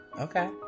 Okay